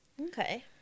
Okay